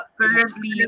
currently